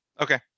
okay